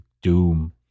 Doom